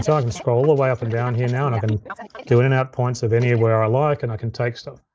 so i can scroll all the way up and down here now, and i can do in and out point of anywhere i like, and i can take stuff.